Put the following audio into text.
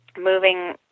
moving